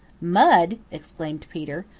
mud! exclaimed peter.